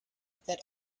that